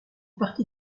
partie